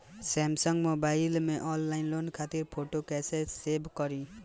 Samsung mobile में online loan खातिर photo कैसे सेभ करीं?